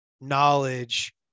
knowledge